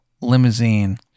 limousine